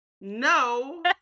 no